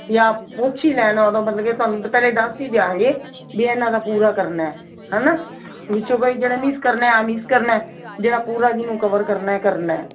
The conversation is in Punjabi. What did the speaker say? ਜਾਂ ਪੁੱਛ ਹੀ ਲੈਣ ਆਪਦਾ ਬੰਦਾ ਕਿ ਤੁਹਾਨੂੰ ਪਹਿਲੇ ਦੱਸ ਹੀ ਦਿਆਂਗੇ ਵੀ ਇਹਨਾਂ ਦਾ ਪੂਰਾ ਕਰਨਾ ਹੈ ਨਾ ਵਿੱਚੋਂ ਕੋਈ ਜਿਹੜਾ ਮਿਸ ਕਰਨਾ ਆ ਮਿਸ ਕਰਨਾ ਜਿਹੜਾ ਪੂਰਾ ਜਿਹਨੂੰ ਕਵਰ ਕਰਨਾ ਕਰਨਾ